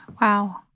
Wow